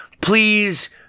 Please